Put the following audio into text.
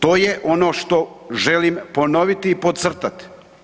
To je ono što želim ponoviti i podcrtati.